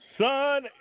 Son